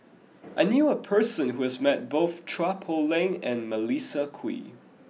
I knew a person who has met both Chua Poh Leng and Melissa Kwee